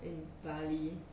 in bali